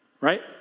Right